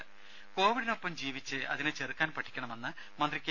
രുര കൊവിഡിനൊപ്പം ജീവിച്ച് അതിനെ ചെറുക്കാൻ പഠിക്കണമെന്ന് മന്ത്രി കെ